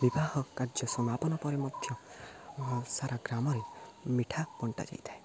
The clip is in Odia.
ବିବାହ କାର୍ଯ୍ୟ ସମାପନ ପରେ ମଧ୍ୟ ସାରା ଗ୍ରାମରେ ମିଠା ବଣ୍ଟା ଯାଇଥାଏ